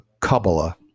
Kabbalah